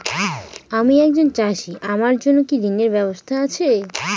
আমি একজন চাষী আমার জন্য কি ঋণের ব্যবস্থা আছে?